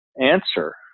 answer